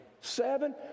Seven